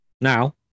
Now